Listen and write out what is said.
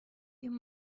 you